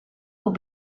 will